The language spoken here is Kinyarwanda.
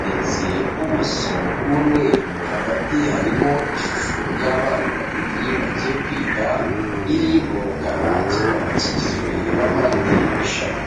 ndetse ubuso bw'umweru hagati harimo ishusho y'abana babiri bagiye kwiga iri mu mukara kikaba kigizwe na mpande eshatu.